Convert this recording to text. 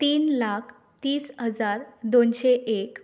तीन लाख तीस हजार दोनशें एक